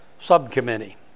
subcommittee